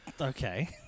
okay